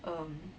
um